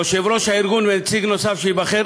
יושב-ראש הארגון ונציג נוסף שייבחר